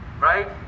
right